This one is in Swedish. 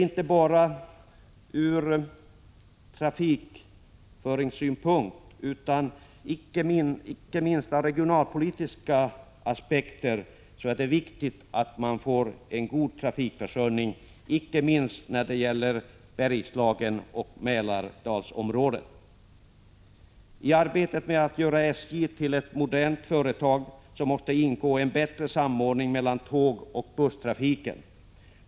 Inte minst ur regionalpolitiska aspekter är det viktigt att man får en god trafikförsörjning i bl.a. Bergslagen och Mälardalsområdet. I arbetet med att göra SJ till ett modernt företag måste ingå en bättre samordning mellan tågoch busstrafiken.